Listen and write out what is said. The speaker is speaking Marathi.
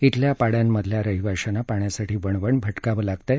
इथल्या पाड्यांमधल्या रहिवाश्यांना पाण्यासाठी वणवण भटकावं लागत आहे